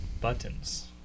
buttons